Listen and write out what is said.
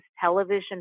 television